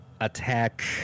attack